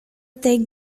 take